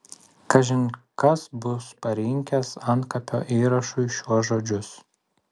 kažin kas bus parinkęs antkapio įrašui šiuos žodžius